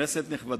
כנסת נכבדה,